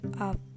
up